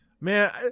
Man